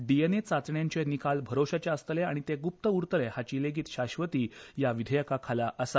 डीएनए चाचण्यांचे निकाल भरवशाचे आसतले आनी ते गुप्त उरतले हाची लेगीत शाश्वती ह्या विधेयका खाला आसा